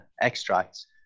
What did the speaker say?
extracts